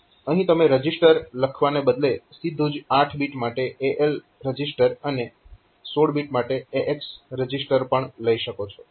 અહીં તમે રજીસ્ટર લખવાને બદલે સીધું જ 8 બીટ માટે AL રજીસ્ટર અને 16 બીટ માટે AX રજીસ્ટર પણ લઈ શકો છો